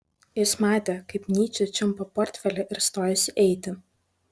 jis matė kaip nyčė čiumpa portfelį ir stojasi eiti